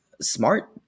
smart